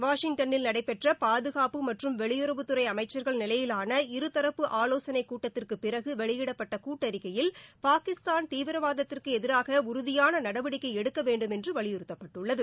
வாஷிங்டனில் நடைபெற்ற பாதுகாப்பு மற்றும் வெளியுறவுத்துறை அமைச்சர்கள் நிலையிலான இருதரப்பு ஆலோசனைக் கூட்டத்திற்கு பிறகு வெளியிடப்பட்ட கூட்டறிக்கையில் பாகிஸ்தான் தீவிரவாதத்திற்கு எதிராக உறுதியான நடவடிக்கை எடுக்க வேண்டும் என்று வலியுறுத்தப்பட்டுள்ளது